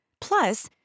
Plus